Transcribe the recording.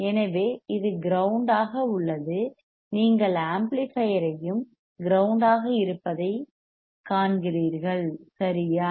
எனவே இது கிரவுண்ட் ஆக உள்ளது நீங்கள் ஆம்ப்ளிபையர் ஐயும் கிரவுண்ட் ஆக இருப்பதைக் காண்கிறீர்கள் சரியா